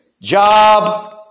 Job